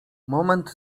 moment